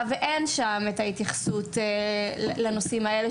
ואין שם את ההתייחסות לנושאים האלה?